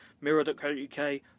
mirror.co.uk